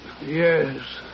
Yes